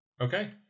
Okay